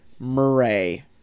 murray